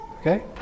Okay